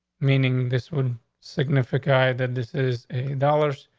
meaning this would significant i that this is dollars.